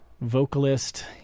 vocalist